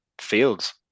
fields